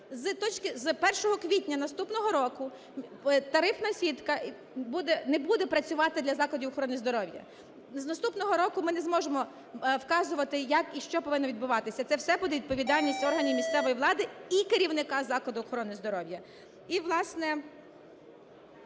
З 1 квітня наступного року тарифна сітка не буде працювати для закладів охорони здоров'я. З наступного року ми не зможемо вказувати, як і що повинно відбуватися, це все буде відповідальність органів місцевої влади і керівника закладу охорону здоров'я